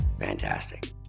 Fantastic